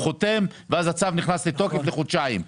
הוא חותם והצו נכנס לתוקף לחודשיים.